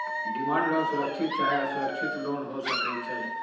demand loan सुरक्षित चाहे असुरक्षित लोन हो सकइ छै